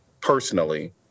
Personally